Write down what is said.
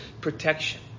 protection